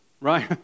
right